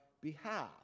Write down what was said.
behalf